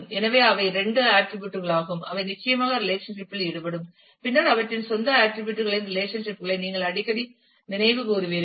எனவே இவை இரண்டு ஆட்டிரிபியூட் களாகும் அவை நிச்சயமாக ரெலேஷன்ஷிப் இல் ஈடுபடும் பின்னர் அவற்றின் சொந்த ஆட்டிரிபியூட் களின் ரெலேஷன்ஷிப் களை நீங்கள் அடிக்கடி நினைவு கூர்வீர்கள்